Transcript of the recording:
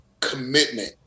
commitment